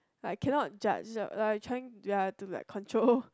like cannot judge like trying do like control